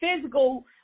physical